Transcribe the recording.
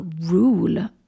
rule